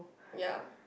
ya